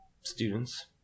students